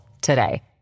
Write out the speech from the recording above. today